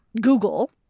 Google